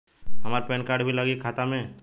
हमार PAN card भी लगी खाता में?